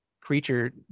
creature